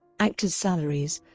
actors' salaries